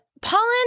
pollen